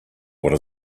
what